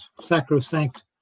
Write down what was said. sacrosanct